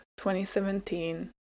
2017